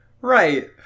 Right